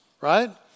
Right